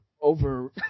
over